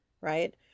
right